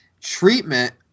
treatment